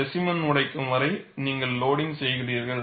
specimen Specimen உடைக்கும் வரை நீங்கள் லோடிங்க் செய்கிறீர்கள்